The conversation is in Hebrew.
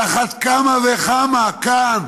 על אחת כמה וכמה כאן